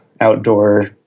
outdoor